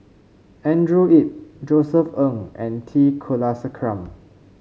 Andrew Yip Josef Ng and T Kulasekaram